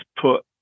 put